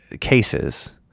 cases